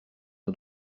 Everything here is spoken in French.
nos